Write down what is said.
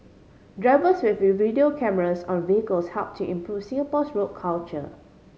drivers with V video cameras on vehicles help to improve Singapore's road culture